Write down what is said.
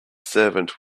servant